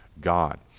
God